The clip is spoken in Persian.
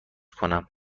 کنم